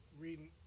reading